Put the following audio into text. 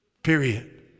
Period